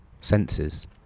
senses